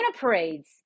parades